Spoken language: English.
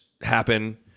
happen